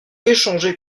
échangé